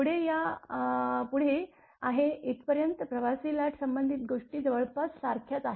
पुढे आहे इथपर्यंत प्रवासी लाट संबंधी गोष्टी जवळपास सारख्याच आहेत